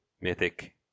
Mythic